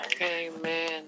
Amen